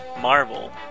Marvel